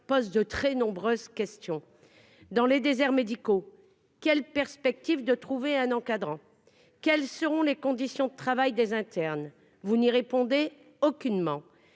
soulève de très nombreuses questions. Dans les déserts médicaux, quelles seront les perspectives pour trouver un encadrant ? Quelles seront les conditions de travail des internes ? Vous n'y répondez aucunement.